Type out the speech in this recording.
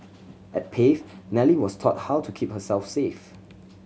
at Pave Nellie was taught how to keep herself safe